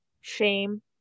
shame